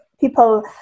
people